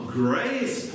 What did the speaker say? grace